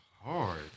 hard